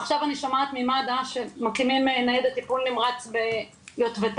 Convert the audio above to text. עכשיו אני שומעת ממד"א שמקימים ניידת טיפול נמרץ ביוטבתה,